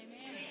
Amen